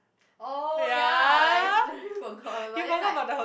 oh ya I totally forgot but then like